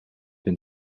been